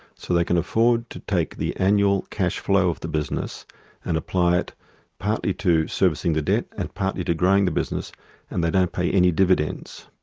so they can afford to take the annual cash flow of the business and apply it partly to servicing the debt, and partly to growing the business and they don't pay any dividends.